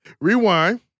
Rewind